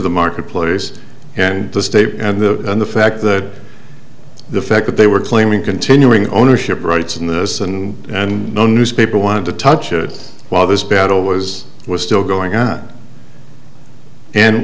the marketplace and the state and the fact that the fact that they were claiming continuing ownership rights in the us and and no newspaper wanted to touch it while this battle was was still going on and